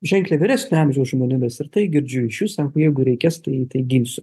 ženkliai vyresnio amžiaus žmonėmis ir tai girdžiu iš jų sako jeigu reikės tai tai ginsiu